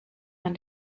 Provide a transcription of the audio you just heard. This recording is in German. man